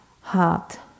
heart